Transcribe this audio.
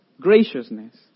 graciousness